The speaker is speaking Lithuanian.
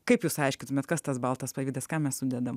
kaip jūs aiškintumėte kas tas baltas pajutęs ką mes sudedame